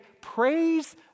praise